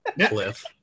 Cliff